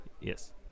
Yes